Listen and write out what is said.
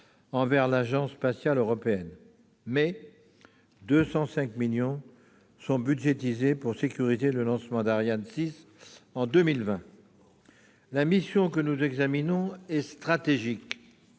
envers l'Agence spatiale européenne. Mais 205 millions d'euros sont budgétisés pour sécuriser le lancement d'Ariane 6 en 2020. La mission que nous examinons est stratégique.